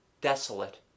desolate